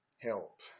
help